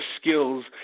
skills